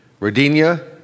Rodinia